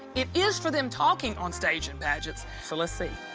it is for them talking onstage in pageants. so let's see.